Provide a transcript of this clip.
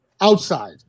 Outside